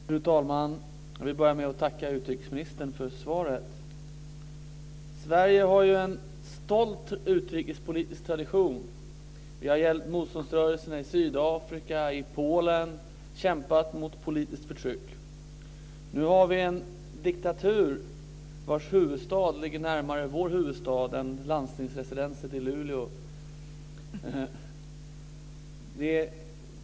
Fru talman! Jag vill börja med att tacka utrikesministern för svaret. Sverige har en stolt utrikespolitisk tradition. Vi har hjälpt motståndsrörelserna i Sydafrika och Polen och kämpat mot politiskt förtryck. Nu finns det en diktatur vars huvudstad ligger närmare vår huvudstad än landshövdingeresidenset i Luleå.